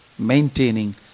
Maintaining